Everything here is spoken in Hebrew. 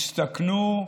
הסתכנו,